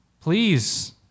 Please